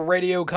Radio